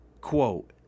Quote